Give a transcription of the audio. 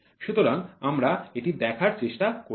সুতরাং আমরা এটি দেখার চেষ্টা করছি